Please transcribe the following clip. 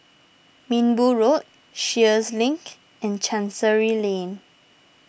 Minbu Road Sheares Link and Chancery Lane